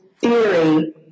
theory